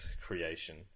creation